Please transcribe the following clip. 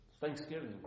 Thanksgiving